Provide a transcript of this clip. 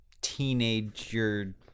teenager